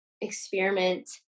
experiment